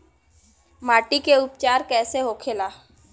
माटी के उपचार कैसे होखे ला?